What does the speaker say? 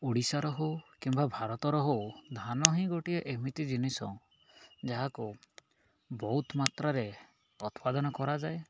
ଓଡ଼ିଶାର ହଉ କିମ୍ବା ଭାରତର ହଉ ଧାନ ହିଁ ଗୋଟିଏ ଏମିତି ଜିନିଷ ଯାହାକୁ ବହୁତ ମାତ୍ରାରେ ଉତ୍ପାଦନ କରାଯାଏ